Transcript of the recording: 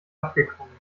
abgeklungen